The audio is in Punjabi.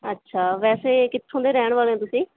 ਅੱਛਾ ਵੈਸੇ ਕਿੱਥੋਂ ਦੇ ਰਹਿਣ ਵਾਲੇ ਹੋ ਤੁਸੀਂ